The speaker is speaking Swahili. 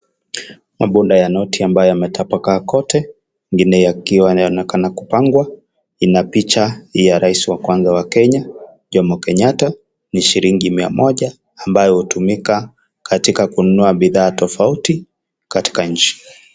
Mabunda ya noti ambayo yametapakaa kote ,ingine yakiwa yanaionekana kupangwa ina picha ya rais wa kwanza wa Kenya Jomo Kenyatta ni shilingi mia moja ambayo hutumika katika kununua bidhaa tofauti katika nchi.